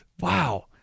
Wow